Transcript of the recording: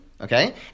okay